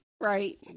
Right